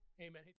Amen